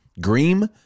Green